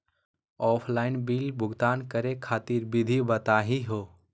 Offline bill भुगतान करे खातिर विधि बताही हो?